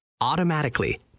automatically